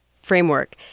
Framework